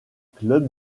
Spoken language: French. club